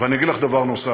ואני אגיד לך דבר נוסף,